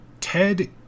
Ted